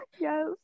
Yes